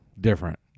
different